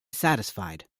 satisfied